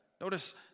notice